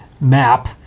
Map